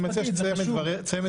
אני מציע שתסיים את דבריך.